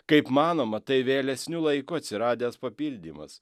kaip manoma tai vėlesniu laiku atsiradęs papildymas